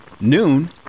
noon